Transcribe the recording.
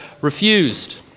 refused